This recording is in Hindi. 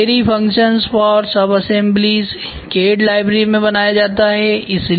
लाइब्रेरी फंक्शन्स फॉर सब अस्सेम्ब्लीज़ CAD लाइब्रेरी में बनाया जाता है